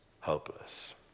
hopeless